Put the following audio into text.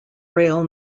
rail